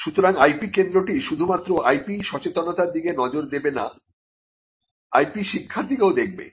সুতরাং IP কেন্দ্রটি শুধুমাত্র IP সচেতনতার দিকে নজর দেবে না IP শিক্ষার দিকেও দেখবে